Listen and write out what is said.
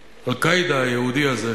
ה"אל-קאעידה" היהודי הזה,